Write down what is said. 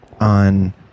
on